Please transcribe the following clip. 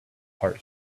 heart